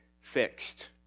fixed